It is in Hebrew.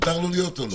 מותר לו להיות או לא?